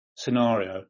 scenario